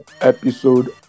episode